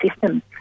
system